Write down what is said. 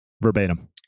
Verbatim